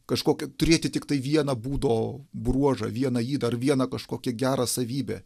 kažkokio turėti tiktai vieną būdo bruožą vieną jį dar vieną kažkokią gerą savybę